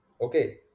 okay